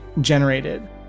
generated